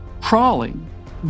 crawling